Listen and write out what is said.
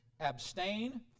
Abstain